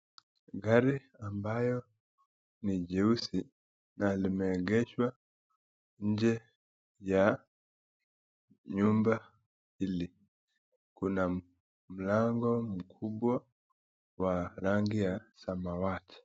Gari ambayo ni jeusi na limeegeshwa inje ya nyumba hili, kuna mlango mkubwa wa rangi ya samawati.